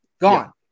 gone